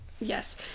yes